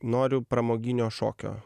noriu pramoginio šokio